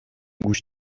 گوش